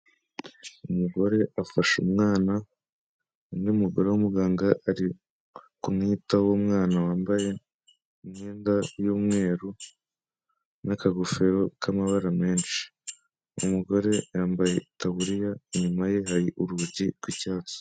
Umugore afashe umwana. undi numugore w'umuganga ari kumwita umwana wambaye imyenda y'umweru n'akagofero k'amabara menshi, umugore yambaye itaburiya, inyuma ye hari urugi rw'icyatsi.